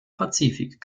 pazifik